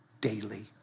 daily